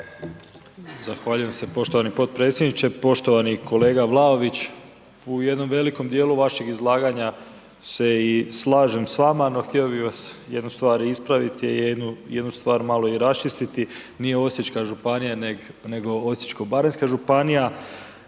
Zahvaljujem se poštovani potpredsjedniče. Poštovani kolega Vlaović, u jednom velikom dijelu vašeg izlaganja se i slažem s vama, no htio bih vas jednu stvar ispraviti, jednu stvar malo i rasčistiti. Nije osječka županija, nego osječko-baranjska županija